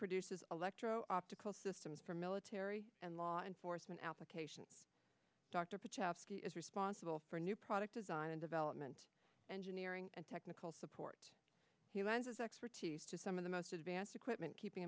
produces electro optical systems for military and law enforcement applications dr patel is responsible for new product design and development engineering and technical support he lenses expertise to some of the most advanced equipment keeping